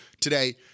today